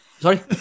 Sorry